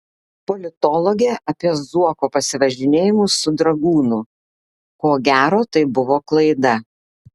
politologė apie zuoko pasivažinėjimus su dragūnu ko gero tai buvo klaida